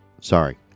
Sorry